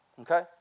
Okay